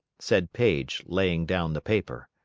said paige, laying down the paper,